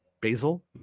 Basil